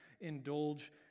indulge